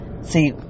See